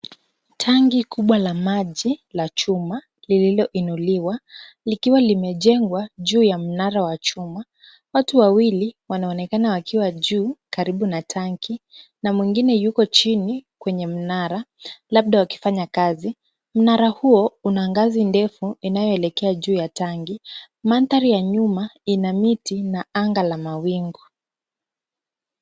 Tanki kubwa la maji la chuma, lililoinuliwa, likiwa limejengwa juu ya mnara wa chuma, watu wawili wanaonekana wakiwa juu karibu na tanki, na mwingine yuko chini kwenye mnara labda wakifanya kazi. Mnara huo una ngazi ndefu Inayoelekea juu ya tanki. Mandhari ya nyuma ina miti na anga la mawingu.